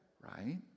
right